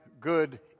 good